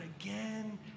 again